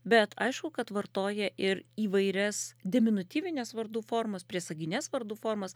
bet aišku kad vartoja ir įvairias deminutyvines vardų formas priesagines vardų formas